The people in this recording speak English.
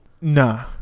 nah